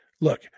Look